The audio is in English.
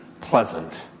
pleasant